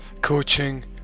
Coaching